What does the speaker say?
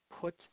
put